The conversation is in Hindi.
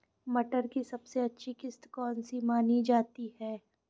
मटर की सबसे अच्छी किश्त कौन सी मानी जाती है?